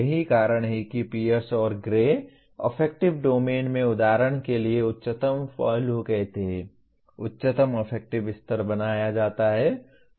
यही कारण है कि पियर्स और ग्रे अफेक्टिव डोमेन में उदाहरण के लिए उच्चतम पहलू कहते हैं उच्चतम अफेक्टिव स्तर बनाया जाता है